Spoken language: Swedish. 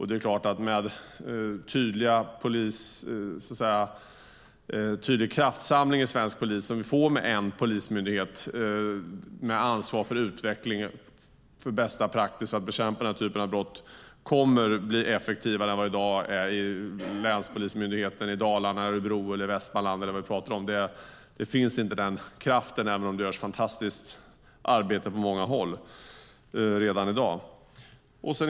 Det är klart att svensk polis med en tydlig kraftsamling, som vi får med en polismyndighet med ansvar för utveckling av bästa praxis för att bekämpa den här typen av brott, kommer att bli effektivare än vad den är i dag med länspolismyndigheter i exempelvis Dalarna, Örebro eller Västmanland. Kraften finns inte, även om det görs ett fantastiskt arbete på många håll redan i dag.